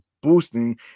boosting